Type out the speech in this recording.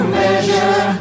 measure